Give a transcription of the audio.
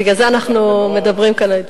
בגלל זה אנחנו מדברים כאן.